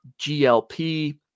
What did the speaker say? GLP